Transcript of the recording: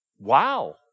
Wow